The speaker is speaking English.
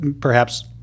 perhaps-